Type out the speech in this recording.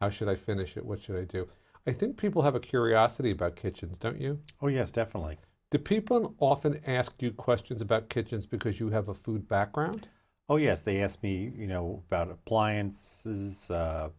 how should i finish it which i do i think people have a curiosity about kitchens don't you oh yes definitely do people often ask you questions about kitchens because you have a food background oh yes they asked me you know about appliance